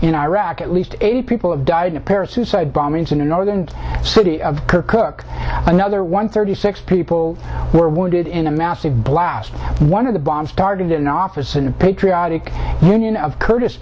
in iraq at least eight people have died in apparent suicide bombings in the northern city of kirkuk another one thirty six people were wounded in a massive blast one of the bombs started in office and the patriotic union of kurdis